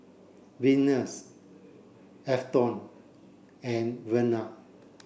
Venus Afton and Vernal